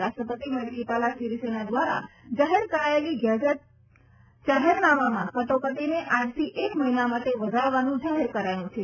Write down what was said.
રાષ્ટ્રપતિ મૈત્રીપાલા સીરીસેના દ્વારા જાહેર કરાયેલી ગેઝેટ જાહેરનામામાં કટોકટીને આજથી એક મહિના માટે વધારવાનું જાહેર કરાયું છે